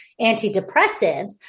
antidepressives